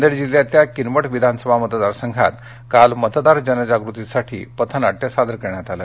नांदेड जिल्ह्यातल्या किनवट विधानसभा मतदार संघात काल मतदार जनजागृतीसाठी पथनाट्य सादर करण्यात आलं